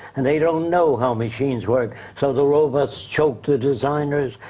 and they don't know how machines work so the robots choke the designers.